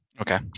Okay